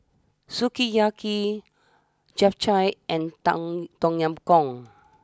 Sukiyaki Japchae and Tom Tong Yam Goong